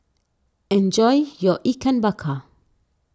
enjoy your Ikan Bakar